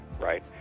right